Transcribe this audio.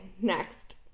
next